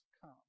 come